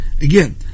Again